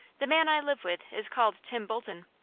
the man i live with is called tim bolton.